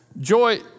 joy